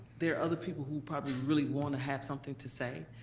there are other people who probably really wanna have something to say.